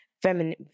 Feminine